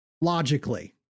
logically